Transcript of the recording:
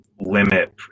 limit